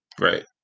right